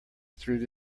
through